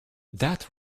that